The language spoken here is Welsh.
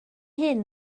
hyn